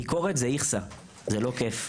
ביקורת זה איכסה, זה לא כייף,